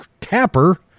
Tapper